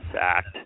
Act